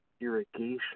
Irrigation